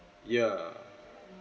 yeah